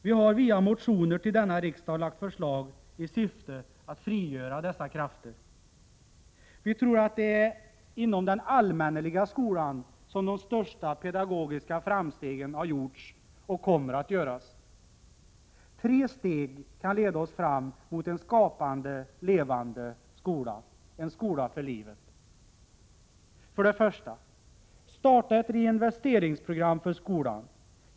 Vi har i motioner till denna riksdag lagt fram förslag i syfte att frigöra dessa krafter. Vi tror att det är inom den allmänna skolan som de största pedagogiska framstegen har gjorts och kommer att göras. Tre steg kan leda oss fram mot en skapande och levande skola — en skola för livet. För det första: Starta ett reinvesteringsprogram för skolan.